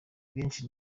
benshi